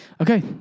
okay